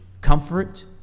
comfort